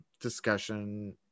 discussion